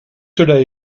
cela